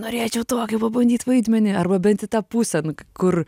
norėčiau tokį pabandyt vaidmenį arba bent į tą pusę kur